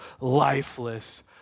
lifeless